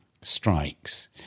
strikes